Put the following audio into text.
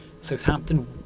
Southampton